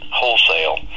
wholesale